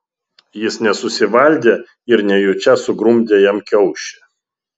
jis nesusivaldė ir nejučia sugrumdė jam kiaušį